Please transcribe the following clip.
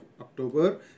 October